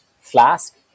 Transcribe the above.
flask